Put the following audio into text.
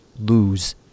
lose